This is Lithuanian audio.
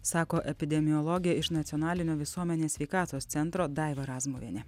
sako epidemiologė iš nacionalinio visuomenės sveikatos centro daiva razmuvienė